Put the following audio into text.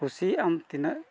ᱠᱩᱥᱤᱭᱟᱜ ᱟᱢ ᱛᱤᱱᱟᱹᱜ